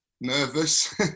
nervous